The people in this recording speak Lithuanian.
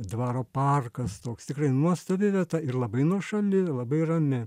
dvaro parkas toks tikrai nuostabi vieta ir labai nuošali labai rami